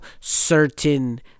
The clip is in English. certain